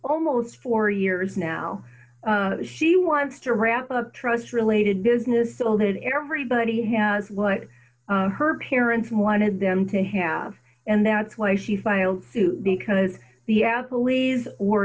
almost four years now she wants to wrap up trust related business so that everybody has what her parents wanted them to have and that's why she filed suit because the